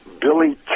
Billy